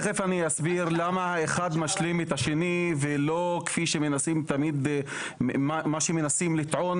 תיכף אני אסביר למה האחד משלים את השני ולא מה שמנסים לטעון,